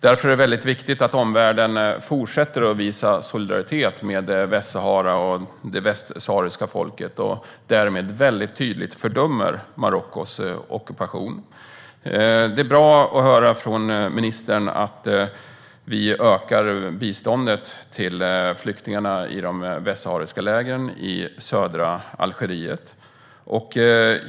Därför är det väldigt viktigt att omvärlden fortsätter att visa solidaritet med Västsahara och det västsahariska folket och därmed väldigt tydligt fördömer Marockos ockupation. Det är bra att höra från ministern att vi ökar biståndet till flyktingarna i de västsahariska lägren i södra Algeriet.